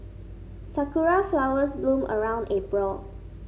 sakura flowers bloom around April